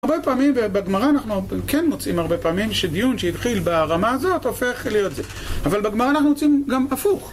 הרבה פעמים, ובגמרי אנחנו כן מוצאים הרבה פעמים שדיון שהתחיל ברמה הזאת הופך להיות זה אבל בגמרי אנחנו מוצאים גם הפוך